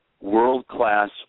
world-class